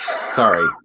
Sorry